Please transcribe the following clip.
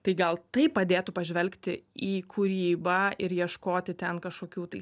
tai gal tai padėtų pažvelgti į kūrybą ir ieškoti ten kažkokių tai